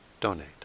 donate